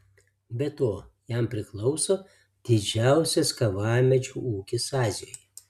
be to jam priklauso didžiausias kavamedžių ūkis azijoje